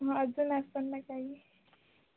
हां अजून असेन ना काही